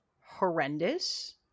horrendous